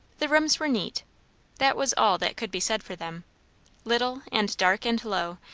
the rooms were neat that was all that could be said for them little and dark and low,